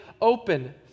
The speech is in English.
open